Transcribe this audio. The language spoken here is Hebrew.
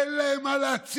אין מה להציג.